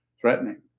threatening